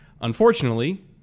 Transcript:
Unfortunately